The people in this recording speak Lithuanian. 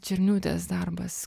černiūtės darbas